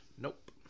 Nope